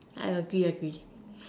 I agree agree